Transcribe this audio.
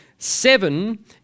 Seven